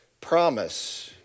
promise